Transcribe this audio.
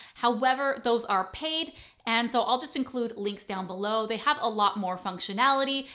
however, those are paid and so i'll just include links down below. they have a lot more functionality,